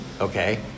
Okay